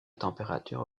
température